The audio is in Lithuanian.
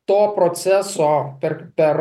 to proceso per per